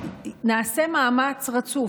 בפירוש נעשה מאמץ רצוף,